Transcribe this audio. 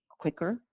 Quicker